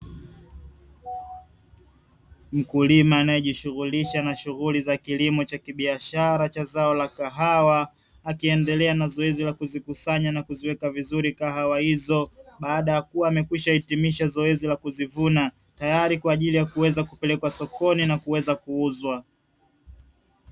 Mkulima anayejishughulisha na shughuli za kilimo cha kibiashara cha zao la kahawa, akiendelea na zoezi la kuzikusanya na kuziweka vizuri kahawa hizo baada ya kuwa amekwisha hitimisha zoezi la kuzivuna tayari kwa ajili ya kuweza kupelekwa sokoni na kuweza kuuzwa.